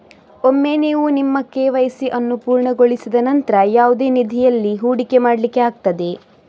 ಒಮ್ಮೆ ನೀವು ನಿಮ್ಮ ಕೆ.ವೈ.ಸಿ ಅನ್ನು ಪೂರ್ಣಗೊಳಿಸಿದ ನಂತ್ರ ಯಾವುದೇ ನಿಧಿಯಲ್ಲಿ ಹೂಡಿಕೆ ಮಾಡ್ಲಿಕ್ಕೆ ಆಗ್ತದೆ